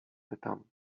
pytam